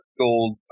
gold